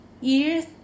years